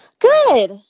Good